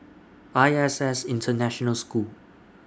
I S S International School